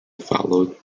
followed